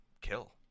kill